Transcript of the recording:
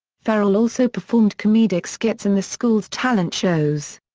ferrell also performed comedic skits in the school's talent shows.